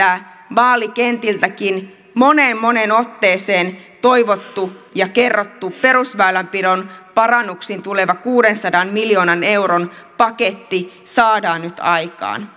vaalikentilläkin moneen moneen otteeseen toivottu ja kerrottu perusväylänpidon parannuksiin tuleva kuudensadan miljoonan euron paketti saadaan nyt aikaan